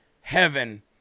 heaven